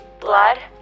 Blood